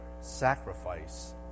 sacrifice